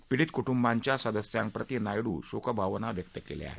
पिडीत कुटुंबाच्या सदस्यांप्रती नायडू यांनी शोक भावना व्यक्त केल्या आहेत